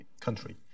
country